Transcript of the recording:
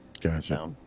Gotcha